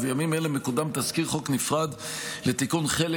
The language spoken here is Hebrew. בימים אלה מקודם תזכיר חוק נפרד לתיקון חלק